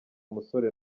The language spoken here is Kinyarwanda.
musore